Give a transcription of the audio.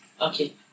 okay